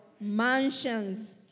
Mansions